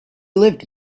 lived